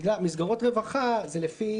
מסגרות רווחה, לפי